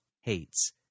hates